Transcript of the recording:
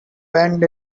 bend